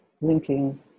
linking